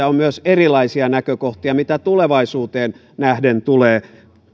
on myös erilaisia näkökohtia mitä tulevaisuuteen nähden tulee